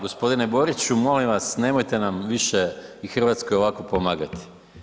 Gospodine Boriću molim vas nemojte nam više i Hrvatskoj ovako pomagati.